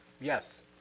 Yes